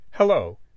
Hello